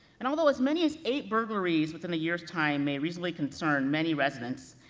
and although as many as eight burglaries within a years time, may recently concern many residents,